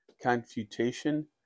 confutation